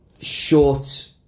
short